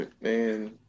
man